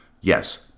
Yes